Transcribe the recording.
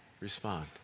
respond